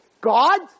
God